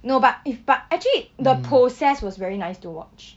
no but if but actually the process was very nice to watch